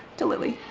to lilly.